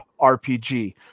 RPG